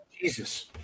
Jesus